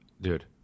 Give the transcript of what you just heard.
dude